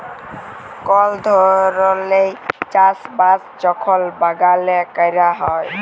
call ধরলের চাষ বাস যখল বাগালে ক্যরা হ্যয়